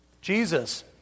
Jesus